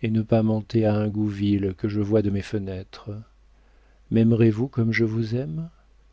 et ne pas monter à ingouville que je vois de mes fenêtres maimerez vous comme je vous aime